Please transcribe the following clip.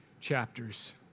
chapters